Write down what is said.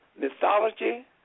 mythology